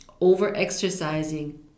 over-exercising